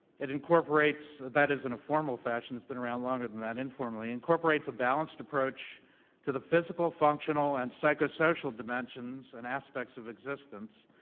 it incorporates that is, in a formal fashion, it's been around longer than that informally incorporates a balanced approach to the physical, functional and psychosocial dimensions and aspects of existence,